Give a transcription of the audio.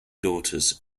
daughters